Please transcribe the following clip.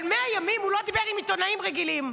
אבל 100 ימים הוא לא דיבר עם עיתונאים רגילים.